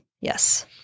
Yes